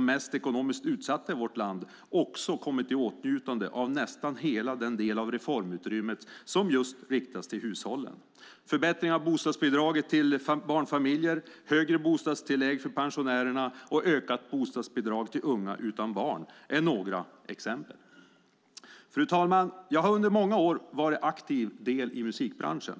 mest ekonomiskt utsatta i vårt land också kommit i åtnjutande av nästan hela den del av reformutrymmet som just riktas till hushållen. Förbättringar av bostadsbidraget till barnfamiljer, högre bostadstillägg för pensionärerna och ökat bostadsbidrag till unga utan barn är några exempel. Fru talman! Jag har under många år varit en aktiv del i musikbranschen.